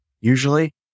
usually